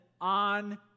on